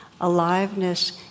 aliveness